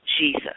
Jesus